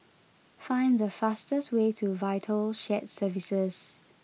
find the fastest way to Vital Shared Services